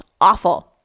awful